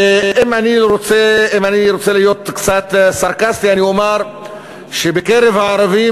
ואם אני רוצה להיות קצת סרקסטי אני אומר שבקרב הערבים